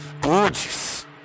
Gorgeous